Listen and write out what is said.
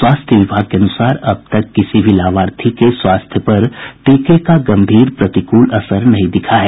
स्वास्थ्य विभाग के अनुसार अब तक किसी भी लाभार्थी के स्वास्थ्य पर टीके का गंभीर प्रतिकूल असर नहीं दिखा है